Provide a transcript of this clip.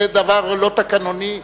זה דבר לא תקנוני,